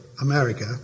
America